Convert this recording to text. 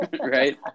right